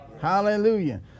Hallelujah